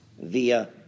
via